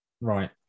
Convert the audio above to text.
Right